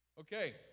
Okay